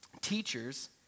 teachers